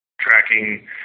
tracking